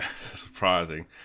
surprising